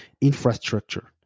infrastructure